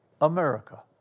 America